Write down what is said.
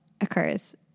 occurs